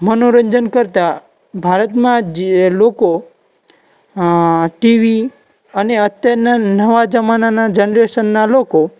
મનોરંજન કરતા ભારતમાં જે લોકો ટીવી અને અત્યારના નવા જમાનાના જનરેશનના લોકો